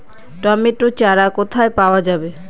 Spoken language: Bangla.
টমেটো চারা কোথায় পাওয়া যাবে?